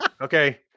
Okay